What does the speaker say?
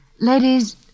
Ladies